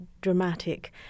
dramatic